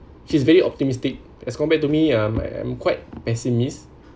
she's very optimistic as compared to me um I'm quite pessimist